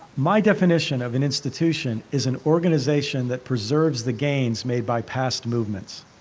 my definition of an institution is an organization that preserves the gains made by past movements.